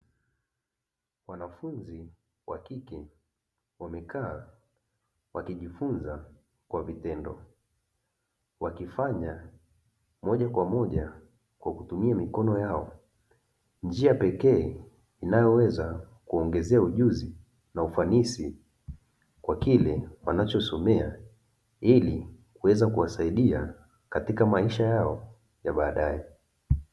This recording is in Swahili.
Wanafunzi wa kike wamekaa wakijifunza kwa vitendo, wakifanya moja kwa moja kwa kutumia mikono yao; njia pekee inayoweza kuwaongezea ujuzi na ufanisi kwa kile wanachosomea, ili kuweza kuwasaidia katika maisha yao ya baadaye.